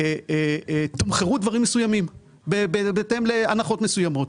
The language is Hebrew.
תומחרו דברים מסוימים בהתאם להנחות מסוימות.